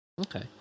Okay